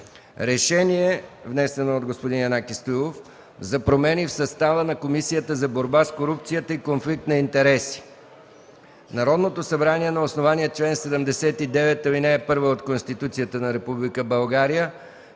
Решение, внесено от господин Янаки Стоилов: „Проект РЕШЕНИЕ за промени в състава на Комисията за борба с корупцията и конфликт на интереси Народното събрание на основание чл. 79, ал. 1 от Конституцията на Република България,